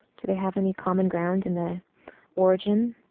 do they have any common ground in the origin?